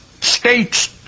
states